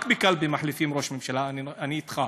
רק בקלפי מחליפים ראש ממשלה, אני איתך.